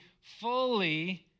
fully